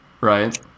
right